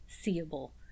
seeable